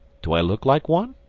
do i look like one?